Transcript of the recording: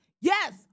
Yes